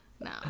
No